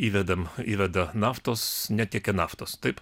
įvedam įveda naftos netiekė naftos taip